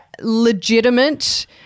legitimate